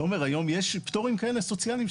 תומר, היום יש פטורים סוציאליים כאלה?